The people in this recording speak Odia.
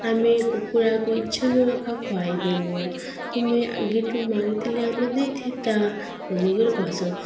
ଆମେ କୁକୁଡ଼ାକୁ ଇଚ୍ଛନ୍ୟ ଏଖା ଖୁଆଇ ଦେନୁ ତୁମେ ଆଗେଠୁ ମାଗିଥିଲେ ଆମେ ଦେଇଥିତା ବୋଲିକରି କହେସନ୍